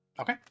okay